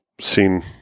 seen